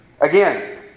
Again